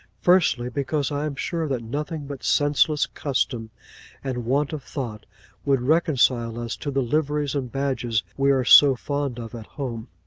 firstly, because i am sure that nothing but senseless custom and want of thought would reconcile us to the liveries and badges we are so fond of at home.